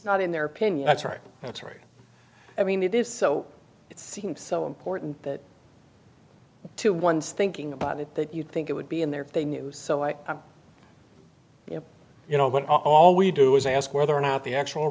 not in their opinion that's right that's right i mean it is so it seemed so important that to ones thinking about it that you think it would be in there if they knew so i you know you know what all we do is ask whether or not the actual